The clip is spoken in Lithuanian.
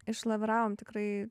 išlaviravom tikrai